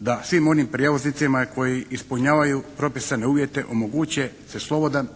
da svim onim prijevoznicima koji ispunjavaju propisane uvjete omoguće se slobodan,